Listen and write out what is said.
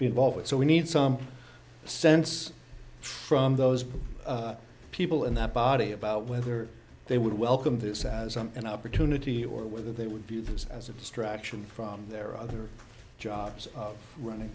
be involved and so we need some sense from those people in that body about whether they would welcome this as a an opportunity or whether they would view this as a distraction from their other jobs of running